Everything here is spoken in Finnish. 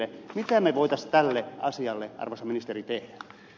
mitä me voisimme tälle asialle arvoisa ministeri tehdä